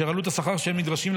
אשר עלות השכר שהם נדרשים,